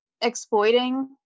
exploiting